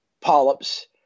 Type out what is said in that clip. polyps